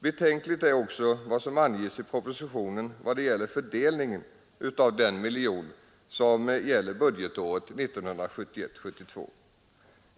Betänkligt är också vad som anges i propositionen när det gäller fördelningen av den miljon som gäller budgetåret 197 1/72.